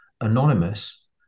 anonymous